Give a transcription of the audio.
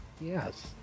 Yes